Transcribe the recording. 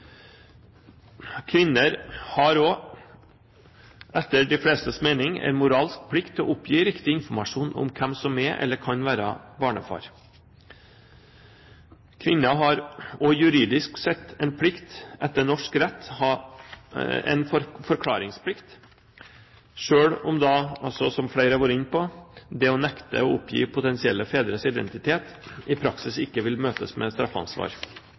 Kvinner har også, etter de flestes mening, en moralsk plikt til å oppgi riktig informasjon om hvem som er, eller kan være, barnefar. Kvinner har også juridisk sett en forklaringsplikt etter norsk rett, selv om, som flere har vært inne på, det å nekte å oppgi potensielle fedres identitet i praksis ikke vil møtes med straffansvar